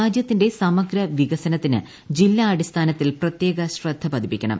രാജ്യത്തിന്റെ സമഗ്രവികസനത്തിന് ജില്ലാടിസ്ഥാനത്തിൽ പ്രത്യേക ശ്രദ്ധ പതിപ്പിക്കണം